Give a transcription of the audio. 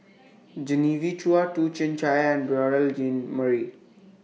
Genevieve Chua Toh Chin Chye and Beurel Jean Marie